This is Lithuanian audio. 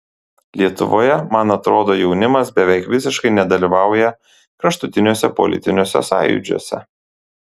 lietuvoje man atrodo jaunimas beveik visiškai nedalyvauja kraštutiniuose politiniuose sąjūdžiuose